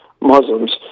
Muslims